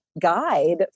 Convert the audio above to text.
guide